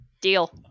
Deal